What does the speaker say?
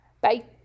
Bye